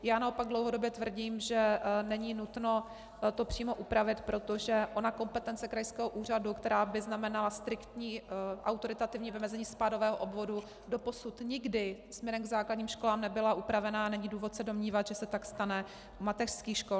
Já naopak dlouhodobě tvrdím, že není nutno to přímo upravit, protože ona kompetence krajského úřadu, která by znamenala striktní autoritativní vymezení spádového obvodu, doposud nikdy směrem k základním školám nebyla upravena a není důvod se domnívat, že se tak stane u mateřských škol.